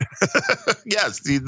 Yes